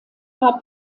war